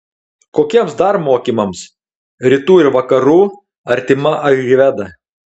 kokiems dar mokymams rytų ir vakarų artima ajurvedą